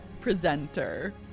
presenter